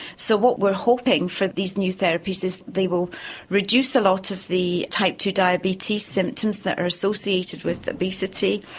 so what we're hoping for with these new therapies is they will reduce a lot of the type two diabetes symptoms that are associated with obesity,